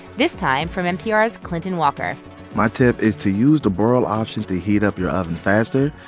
this time from npr's clinton walker my tip is to use the broil option to heat up your oven faster.